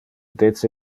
dece